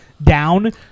Down